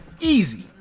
Easy